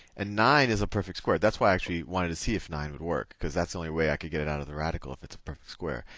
and nine is a perfect square. that's why i actually wanted to see if nine would work because that's the only way i could get it out of the radical, if it's a perfect square.